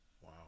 Wow